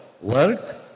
work